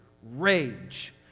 rage